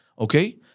okay